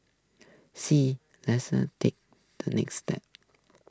see less takes the next step